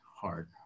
hard